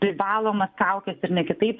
privalomas kaukes ir ne kitaip